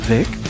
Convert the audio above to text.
Vic